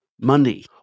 money